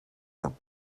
temps